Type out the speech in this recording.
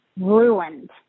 ruined